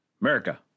America